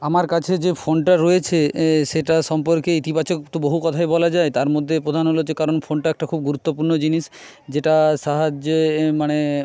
আমার কাছে যে ফোনটা রয়েছে সেটা সম্পর্কে ইতিবাচক তো বহু কথাই বলা যায় তার মধ্যে প্রধান হলো যে কারণ ফোনটা খুবই গুরুত্বপূর্ণ জিনিস যেটার সাহায্যে মানে